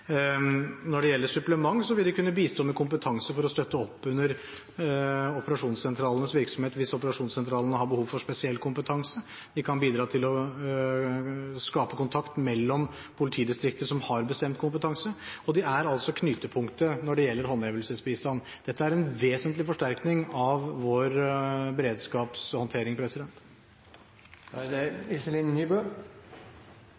Når det gjelder supplement, vil det kunne bistå med kompetanse for å kunne støtte opp under operasjonssentralenes virksomhet hvis operasjonssentralene har behov for spesiell kompetanse. Det kan bidra til å skape kontakt mellom politidistrikt som har en bestemt kompetanse, og det er altså knutepunktet når det gjelder håndhevelsesbistand. Dette er en vesentlig forsterkning av vår beredskapshåndtering.